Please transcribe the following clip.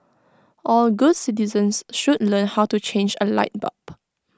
all good citizens should learn how to change A light bulb